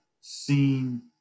seen